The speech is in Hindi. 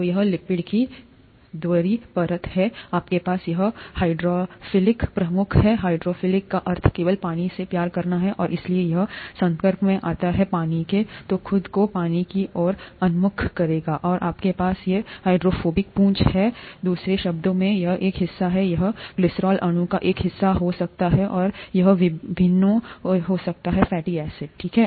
तो यह लिपिड की द्वि परत है आपके पास यहां हाइड्रोफिलिक प्रमुख हैं हाइड्रोफिलिक का अर्थ केवल पानी से प्यार करना है और इसलिए जब यहसंपर्क में आता पानी केहै तो यह खुद को पानी की ओर उन्मुख करेगा और आपके पास ये हाइड्रोफोबिक पूंछ हैं दूसरे शब्दों में यह एक हिस्सा है यह ग्लिसरॉल अणु का एक हिस्सा हो सकता है और यह विभिन्नहो सकता है फैटी एसिड ठीक है